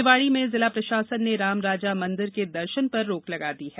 निवाड़ी में जिला प्रशासन ने रामराजा मंदिर सरकार के दर्शनों पर रोक लगा दी है